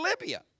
Libya